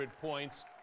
points